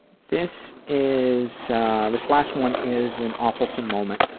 this is this last one is an awfulsome moment,